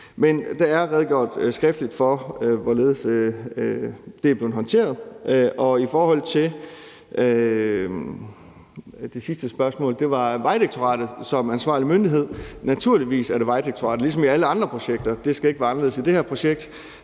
er blevet redegjort skriftligt for, hvorledes det er blevet håndteret. I forhold til det sidste spørgsmål om det med Vejdirektoratet som ansvarlig myndighed vil jeg sige, at naturligvis er det Vejdirektoratet ligesom ved alle andre projekter. Det skal ikke være anderledes med det her projekt.